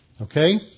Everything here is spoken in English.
Okay